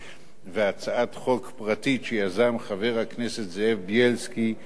והצעת חוק פרטית שיזם חבר הכנסת זאב בילסקי מקדימה,